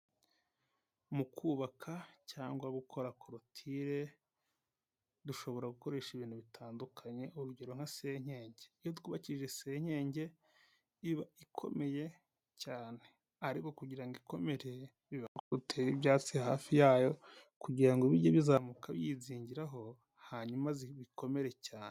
Mu kubaka cyangwa gukora korotire dushobora gukoresha ibintu bitandukanye urugero nka senyenge, iyo twubakishije senyenge iba ikomeye cyane, ariko kugira ikomere utera ibyatsi hafi yayo kugira ngo bijye bizamuka byizingiraho hanyuma bikomere cyane.